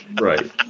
Right